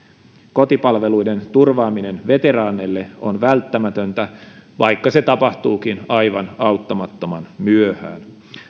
kotipalveluiden turvaaminen veteraaneille on välttämätöntä vaikka se tapahtuukin aivan auttamattoman myöhään